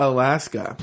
Alaska